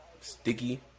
sticky